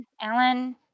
Alan